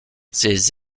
ces